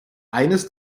eines